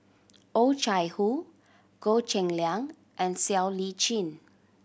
Oh Chai Hoo Goh Cheng Liang and Siow Lee Chin